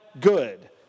good